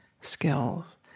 skills